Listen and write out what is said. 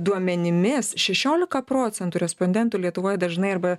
duomenimis šešiolika procentų respondentų lietuvoje dažnai arba